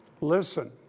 Listen